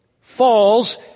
falls